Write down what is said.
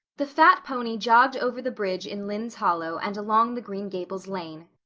the fat pony jogged over the bridge in lynde's hollow and along the green gables lane.